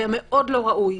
והמאוד לא ראוי.